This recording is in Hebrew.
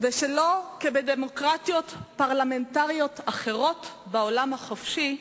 ושלא כבדמוקרטיות פרלמנטריות אחרות בעולם החופשי,